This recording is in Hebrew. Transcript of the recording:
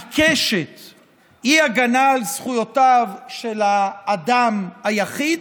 העיקשת, היא הגנה על זכויותיו של האדם היחיד,